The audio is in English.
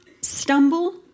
stumble